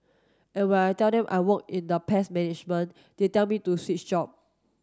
and when I tell them I work in the pest management they tell me to switch job